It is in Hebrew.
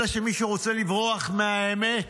אלא שמישהו רוצה לברוח מהאמת.